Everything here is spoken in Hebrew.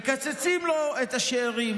מקצצים לו את השאירים,